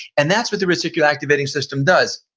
and that's what the reticula activating system does,